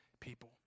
people